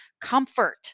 Comfort